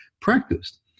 practiced